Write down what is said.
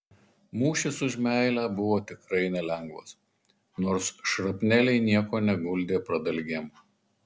mūšis už meilę buvo tikrai nelengvas nors šrapneliai nieko neguldė pradalgėm